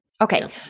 Okay